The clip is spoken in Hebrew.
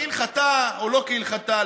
כהלכתה או לא כהלכתה,